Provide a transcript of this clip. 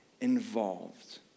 involved